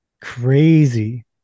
crazy